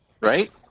right